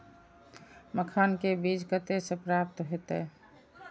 मखान के बीज कते से प्राप्त हैते?